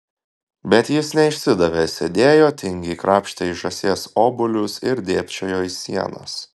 bet jis neišsidavė sėdėjo tingiai krapštė iš žąsies obuolius ir dėbčiojo į sienas